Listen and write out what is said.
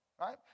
right